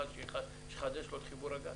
סמכא שיחדש לו את צינור הגז.